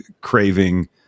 craving